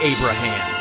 Abraham